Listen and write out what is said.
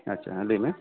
ᱟᱪᱪᱷᱟ ᱦᱮᱸ ᱞᱟᱹᱭ ᱢᱮ